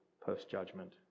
post-judgment